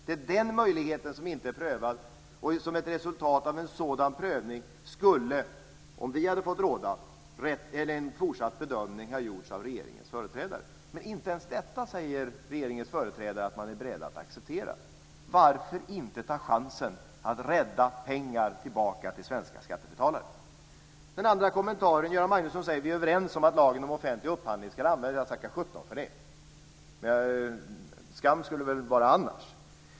Det är den möjligheten som inte är prövad, och som ett resultat av en sådan prövning skulle, om vi hade fått råda, en fortsatt bedömning ha gjorts av regeringens företrädare. Men inte ens detta säger regeringens företrädare att man är beredda att acceptera. Varför inte ta chansen att rädda pengar tillbaka till svenska skattebetalare? Den andra frågan gäller att Göran Magnusson säger att vi är överens om att lagen om offentlig upphandling ska användas. Tacka sjutton för det, skam vore det väl annars!